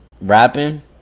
rapping